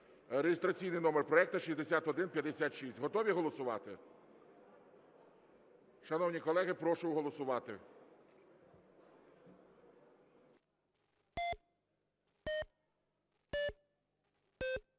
(реєстраційний номер проекту 6156). Готові голосувати? Шановні колеги, прошу голосувати.